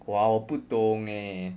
!wah! 我不懂 eh